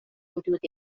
حدود